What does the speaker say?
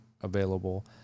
available